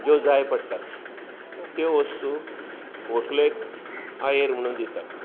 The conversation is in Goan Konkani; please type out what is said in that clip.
ज्यो जाय पडटात त्यो वस्तू व्हंकलेक आयेर म्हणून दितात